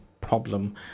problem